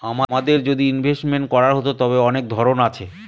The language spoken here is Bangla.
আমাদের যদি ইনভেস্টমেন্ট করার হতো, তবে অনেক ধরন আছে